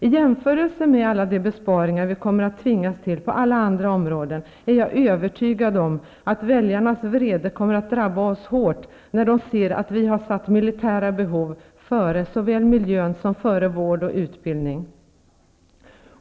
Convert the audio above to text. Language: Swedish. I jämförelse med alla de besparingar vi kommer att tvingas till på alla andra områden, är jag övertygad om att väljarnas vrede kommer att drabba oss hårt när de ser att vi har satt militära behov före såväl miljön som vård och utbildning.